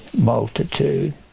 multitude